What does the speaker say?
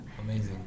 Amazing